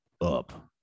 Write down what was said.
up